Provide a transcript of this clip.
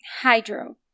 hydro